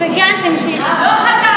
וגנץ המשיך את זה.) הוא לא חתם.